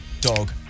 Dog